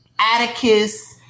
Atticus